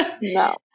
No